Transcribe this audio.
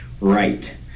right